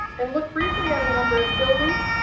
and look briefly at a number of buildings,